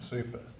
Super